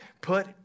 Put